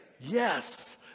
Yes